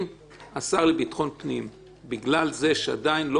אם השר לביטחון פנים בגלל זה שעדיין לא